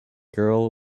girl